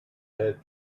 had